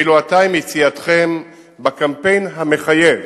ואילו עתה, עם יציאתכם בקמפיין המחייב,